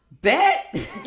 bet